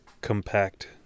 compact